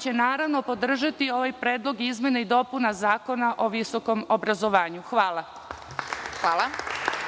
će naravno podržati ovaj predlog izmena i dopuna Zakona o visokom obrazovanju. Hvala.